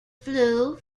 flu